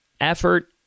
effort